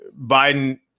Biden